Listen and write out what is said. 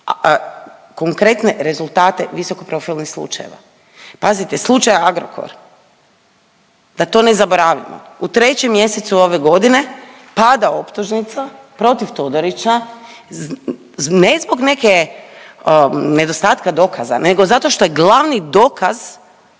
konkretne rezultate visoko profilnih slučajeva. Pazite slučaja Agrokor da to ne zaboravimo u 3. mjesecu ove godine pada optužnica protiv Todorića ne zbog neke nedostatka dokaza nego zato što je glavni dokaz